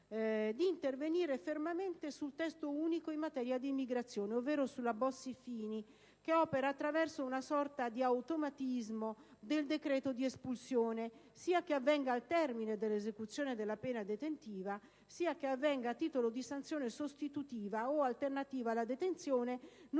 di intervenire fermamente sul testo unico in materia di immigrazione, ovvero sulla Bossi-Fini, che opera attraverso una sorta di automatismo del decreto di espulsione, sia che avvenga al termine dell'esecuzione della pena detentiva, sia che avvenga a titolo di sanzione sostitutiva o alternativa alla detenzione, dal